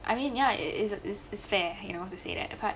I mean ya it is it is is fair you know how to say that apart